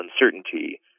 uncertainty